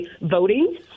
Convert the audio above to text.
voting